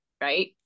right